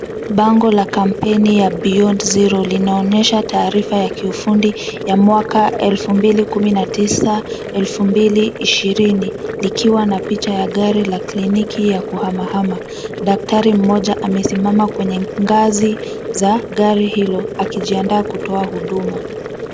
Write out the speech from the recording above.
Bango la kampeni ya Beyond Zero linaonyesha taarifa ya kiufundi ya mwaka 2019,2020. Likiwa na picha ya gari la kliniki ya kuhama-hama. Daktari mmoja amesimama kwenye ngazi za gari hilo, akijiandaa kutoa huduma.